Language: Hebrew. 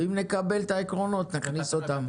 אם נקבל את העקרונות, נכניס אותם.